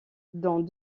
dans